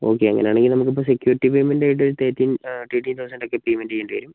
okay അങ്ങനെ ആണെങ്കിൽ നമുക്ക് ഇപ്പോൾ സെക്യൂരിറ്റി പേയ്മെന്റ് ആയിട്ട് ഒരു തെർട്ടീൻ തെർട്ടീൻ തൗസൻഡ് ഒക്കെ പേയ്മെന്റ് ചെയ്യേണ്ടി വരും